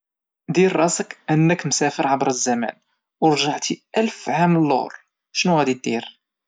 دير راسك انك مسافر عبر الزمن او رجعتي الف عام لور شنو غادي دير؟